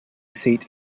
seat